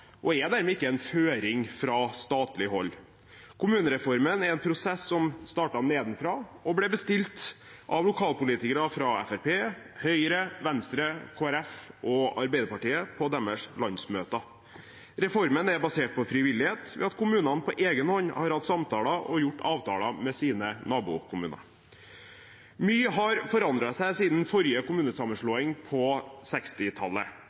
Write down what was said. og det er dermed ikke en føring fra statlig hold. Kommunereformen er en prosess som startet nedenfra, og som ble bestilt av lokalpolitikere fra Fremskrittspartiet, Høyre, Venstre, Kristelig Folkeparti og Arbeiderpartiet på deres landsmøter. Reformen er basert på frivillighet, ved at kommunene på egen hånd har hatt samtaler og gjort avtaler med sine nabokommuner. Mye har forandret seg siden de forrige